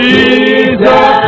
Jesus